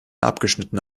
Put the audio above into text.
abgeschnittene